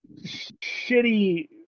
shitty